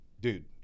dude